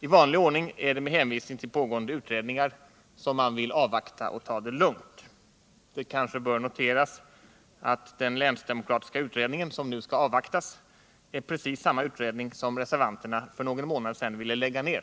I vanlig ordning är det med hänvisning till pågående utredningar som man vill avvakta och ta det lugnt. Det kanske bör noteras att den länsdemokratiska utredningen, som nu skall avvaktas, är precis samma utredning som reservanterna för någon månad sedan ville lägga ned.